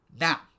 Now